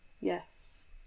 Yes